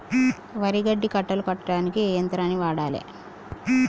వరి గడ్డి కట్టలు కట్టడానికి ఏ యంత్రాన్ని వాడాలే?